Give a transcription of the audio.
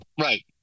Right